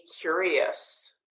curious